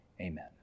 Amen